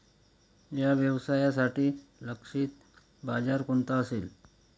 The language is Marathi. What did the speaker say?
या व्यवसायासाठी लक्षित बाजार कोणता असेल?